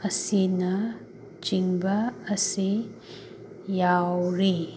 ꯑꯁꯤꯅꯆꯤꯡꯕ ꯑꯁꯤ ꯌꯥꯎꯔꯤ